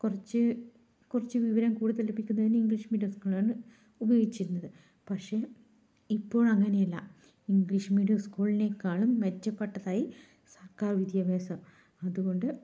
കുറച്ച് കുറച്ച് വിവരം കൂടുതല് ലഭിക്കുന്നതിന് ഇംഗ്ലീഷ് മീഡിയം സ്കൂളാണ് ഉപയോഗിച്ചിരുന്നത് പക്ഷേ ഇപ്പോഴങ്ങനെയല്ല ഇംഗ്ലീഷ് മീഡിയം സ്കൂളിനേക്കാളും മെച്ചപ്പെട്ടതായി സര്ക്കാര് വിദ്യഭ്യാസം അതുകൊണ്ട്